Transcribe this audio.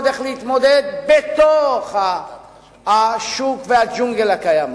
איך להתמודד בתוך השוק והג'ונגל הקיים היום.